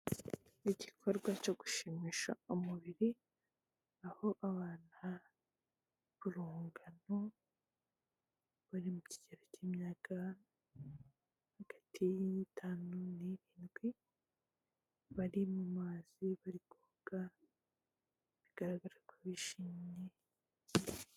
Ni igikorwa cyo gushimisha umubiri, aho abana b'urungano bari mu kigero cy'imyaka hagati y'itanu n'irindwi, bari mu mazi, bari koga, bigaragara ko bishimye...